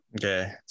Okay